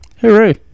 hooray